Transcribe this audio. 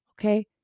okay